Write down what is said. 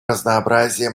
разнообразие